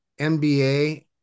NBA